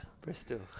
Bristol